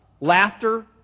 laughter